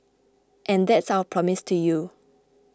and that's our promise to you